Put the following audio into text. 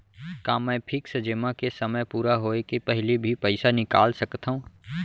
का मैं फिक्स जेमा के समय पूरा होय के पहिली भी पइसा निकाल सकथव?